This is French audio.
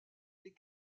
les